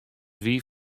wie